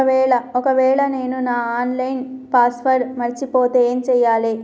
ఒకవేళ నేను నా ఆన్ లైన్ పాస్వర్డ్ మర్చిపోతే ఏం చేయాలే?